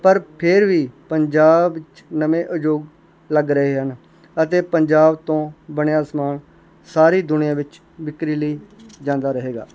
ਪਰ ਫੇਰ ਵੀ ਪੰਜਾਬ ਚ ਨਵੇਂ ਉਦਯੋਗ ਲੱਗ ਰਹੇ ਹਨ ਅਤੇ ਪੰਜਾਬ ਤੋਂ ਬਣਿਆ ਸਮਾਨ ਸਾਰੀ ਦੁਨੀਆਂ ਵਿੱਚ ਬਿਕਰੀ ਲਈ ਜਾਂਦਾ ਰਹੇਗਾ